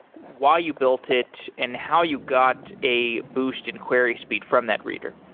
why you built it and how you got a boost in query speed from that reader?